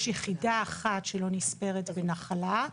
יש יחידה אחת שלא נספרת בנחלה,